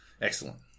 Excellent